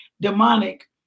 demonic